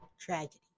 tragedy